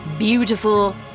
Beautiful